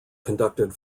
conducted